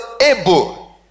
able